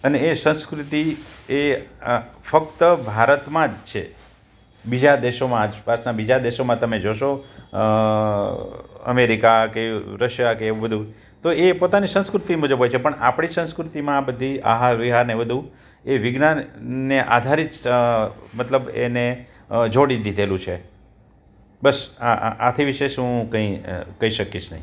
અને એ સંસ્કૃતિ એ ફક્ત ભારતમાં જ છે બીજા દેશોમાં આસપાસના બીજા દેશોમાં તમે જોશો અમેરિકા કે રશિયા કે એવું બધું તો એ પોતાની સંસ્કૃતિ મુજબ હોય છે પણ આપણી સંસ્કૃતિમાં આ બધી આહાર વિહારને બધું એ વિજ્ઞાનને આધારિત મતલબ એને જોડી દીધેલું છે બસ આથી વિશેષ હું કંઇ કહી શકીશ નહીં